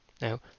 Now